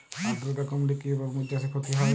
আদ্রর্তা কমলে কি তরমুজ চাষে ক্ষতি হয়?